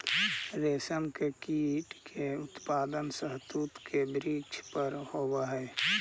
रेशम के कीट के उत्पादन शहतूत के वृक्ष पर होवऽ हई